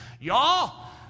y'all